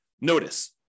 notice